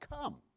come